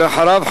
ואחריו,